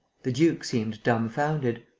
the duke seemed dumbfounded.